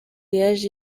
yaje